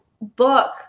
book